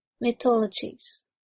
mythologies